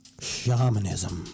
Shamanism